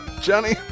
Johnny